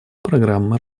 программы